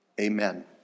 Amen